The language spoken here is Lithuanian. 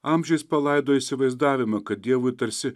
amžiais palaidojo įsivaizdavimą kad dievui tarsi